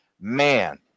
man